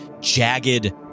jagged